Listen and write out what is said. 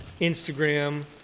Instagram